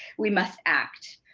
we must act,